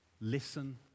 listen